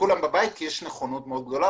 כשכולם בבית כי יש נכונות מאוד גדולה.